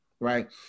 right